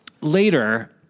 later